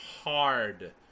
hard